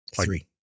three